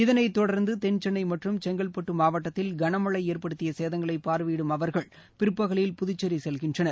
இதனை தொடர்ந்து தென்சென்னை மற்றும் செங்கல்பட்டு மாவட்டத்தில் கனமழை ஏற்படுத்திய சேதங்களை பார்வையிடும் அவர்கள் பிற்பகலில் புதுச்சேரி செல்கின்றனர்